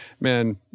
man